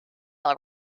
all